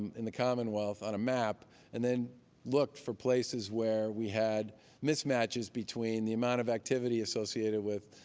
in the commonwealth on a map and then looked for places where we had mismatches between the amount of activity associated with